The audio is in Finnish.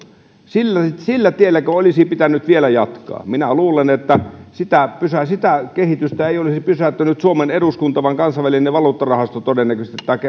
sillä tielläkö olisi pitänyt vielä jatkaa minä luulen että sitä kehitystä ei olisi pysäyttänyt suomen eduskunta vaan todennäköisesti kansainvälinen valuuttarahasto taikka